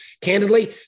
Candidly